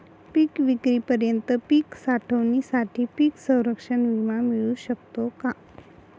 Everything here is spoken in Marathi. पिकविक्रीपर्यंत पीक साठवणीसाठी पीक संरक्षण विमा मिळू शकतो का?